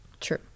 true